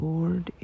Lord